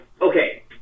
Okay